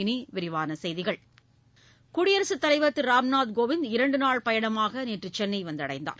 இனி விரிவான செய்திகள் குடியரசுத்தலைவா் திரு ராம்நாத் கோவிந்த் இரண்டு நாள் பயணமாக நேற்று சென்னை வந்தடைந்தார்